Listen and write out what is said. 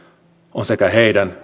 on sekä heidän